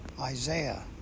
Isaiah